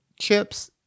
Chips